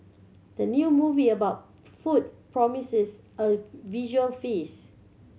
the new movie about food promises a visual feast